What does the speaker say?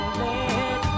let